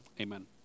amen